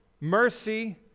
mercy